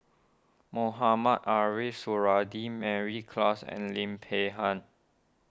Mohamed Ariff Suradi Mary Klass and Lim Peng Han